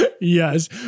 yes